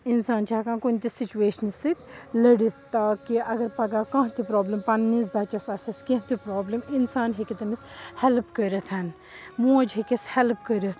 اِنسان چھِ ہٮ۪کان کُنہِ تہِ سُچویشن سۭتۍ لٔڑِتھ تاکہِ اگر پَگاہ کانٛہہ تہِ پرٛابلِم پَنٛنِس بَچَس آسٮ۪س کیٚنٛہہ تہِ پرٛابلِم اِنسان ہیٚکہِ تٔمِس ہٮ۪لٕپ کٔرِتھ موج ہیٚکٮ۪س ہٮ۪لٕپ کٔرِتھ